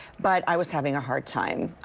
but i was having a hard time.